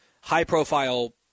high-profile